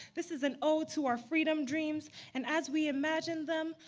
this is an ode to our freedom dreams and as we imagine them,